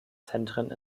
zentren